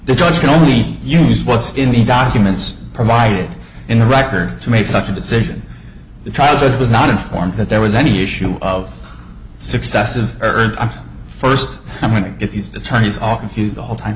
the judge can only use what's in the documents provided in the record to make such a decision because it was not informed that there was any issue of successive earth first i'm going to get these attorneys all confused the whole time